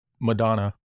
Madonna